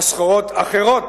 ולא סחורות אחרות,